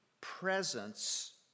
presence